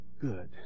good